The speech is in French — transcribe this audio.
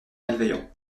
malveillants